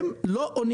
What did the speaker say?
המכון לא ענו